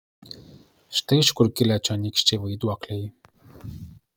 štai iš kur kilę čionykščiai vaiduokliai